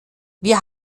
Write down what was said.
wir